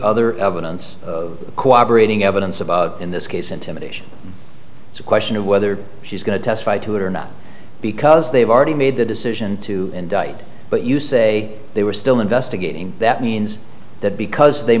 other evidence cooperating evidence about in this case intimidation it's a question of whether she's going to testify to it or not because they've already made the decision to indict but you say they were still investigating that means that because they